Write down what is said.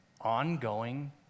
ongoing